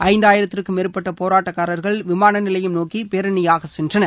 ஐந்தாயிரத்திற்கும் மேற்பட்ட போராட்டக்காரர்கள் விமானநிலையம் நோக்கி பேரணியாக சென்றனர்